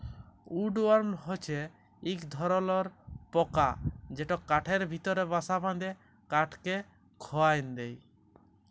would worm হছে ইক ধরলর পকা যেট কাঠের ভিতরে বাসা বাঁধে কাঠকে খয়ায় দেই